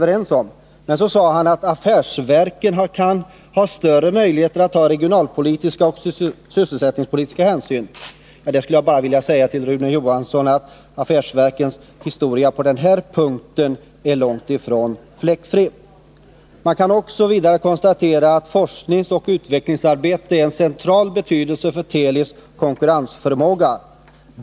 Men Rune Johansson sade också att affärsverken har större möjligheter att ta regionalpolitiska och sysselsättningspolitiska hänsyn. Till detta skulle jag bara vilja invända att affärsverkens historia på den punkten är långt ifrån fläckfri. Man kan emellertid konstatera att forskningsoch utvecklingsarbete är av central betydelse för Telis konkurrensförmåga.